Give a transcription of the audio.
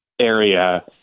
area